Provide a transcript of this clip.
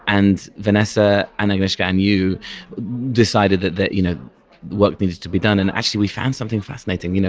and vanessa, and agnieszka, and you decided that that you know work needed to be done. and actually, we found something fascinating. you know